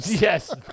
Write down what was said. Yes